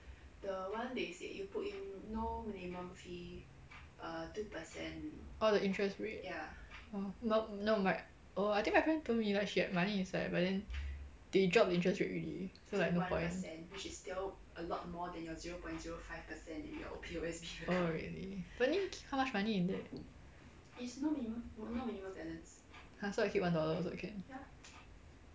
orh the interest rate oh no no my oh I think my friend told me like she had money inside but then they drop the interest rate already so like no point oh really but I mean how much money in there !huh! so I keep one dollar also can